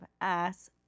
ass